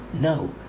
No